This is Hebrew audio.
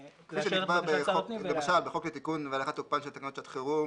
כפי שנקבע למשל בחוק לתיקון ולהארכת תוקפן של תקנות שעת חירום